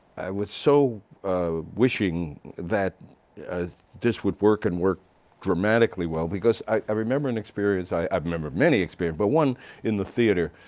was so wishing that this would work and work dramatically well because i remember an experience, i i remember many experiences, but one in the theater.